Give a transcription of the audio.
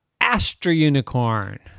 astro-unicorn